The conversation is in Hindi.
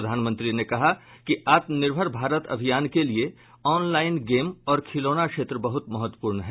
प्रधानमंत्री ने कहा कि आत्मनिर्भर भारत अभियान के लिए ऑनलाइन गेम और खिलौना क्षेत्र बहुत महत्वपूर्ण हैं